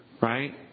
right